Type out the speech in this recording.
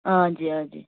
آ جی آ جی